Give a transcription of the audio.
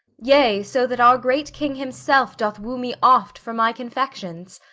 yea, so that our great king himself doth woo me oft for my confections?